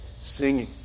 singing